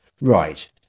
Right